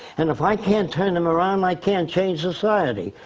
and if i can't turn them around, i can't change society.